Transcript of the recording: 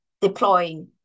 deploying